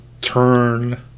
turn